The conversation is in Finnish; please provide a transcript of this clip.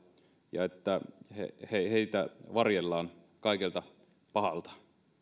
ja että heitä varjellaan kaikelta pahalta